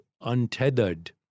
untethered